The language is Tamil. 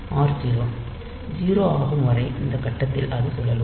r0 0 ஆகும் வரை இந்த கட்டத்தில் அது சுழலும்